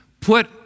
Put